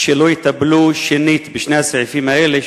שלא יטפלו שנית בשני הסעיפים האלה,